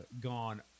gone